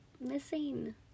missing